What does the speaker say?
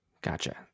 Gotcha